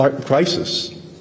crisis